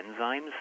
enzymes